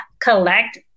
collect